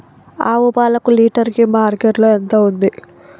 ఆవు పాలకు లీటర్ కి మార్కెట్ లో ఎంత ఉంది?